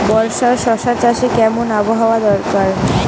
বর্ষার শশা চাষে কেমন আবহাওয়া দরকার?